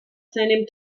seinem